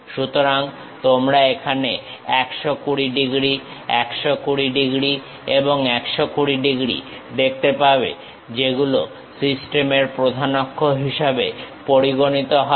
সুতরাং তোমরা এখানে 120 ডিগ্রী 120 ডিগ্রী এবং 120 ডিগ্রী দেখতে পাবে যেগুলো সিস্টেমের প্রধান অক্ষ হিসেবে পরিগণিত হবে